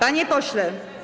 Panie pośle.